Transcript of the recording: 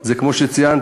זה כמו שציינת,